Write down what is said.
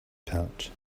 pouch